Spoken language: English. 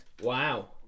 Wow